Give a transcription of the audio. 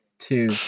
two